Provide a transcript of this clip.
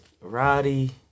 Roddy